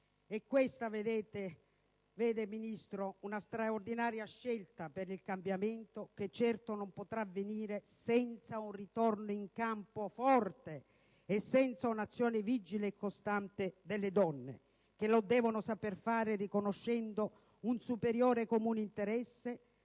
È questa, vedete, vede signora Ministro, una straordinaria scelta per il cambiamento, che certo non potrà avvenire senza un ritorno in campo forte ed un'azione vigile e costante delle donne. Devono saperlo fare riconoscendo un superiore e comune interesse